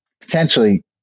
potentially